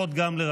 24